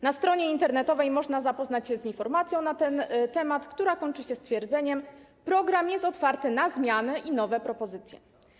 Na stronie internetowej można zapoznać się z informacją na ten temat, która kończy się stwierdzeniem: Program jest otwarty na zmiany i nowe propozycje.